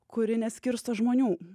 kuri neskirsto žmonių